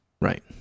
Right